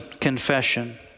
confession